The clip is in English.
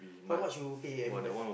how much you pay every month